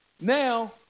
Now